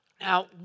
Now